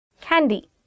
Candy